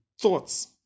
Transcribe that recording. thoughts